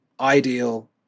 ideal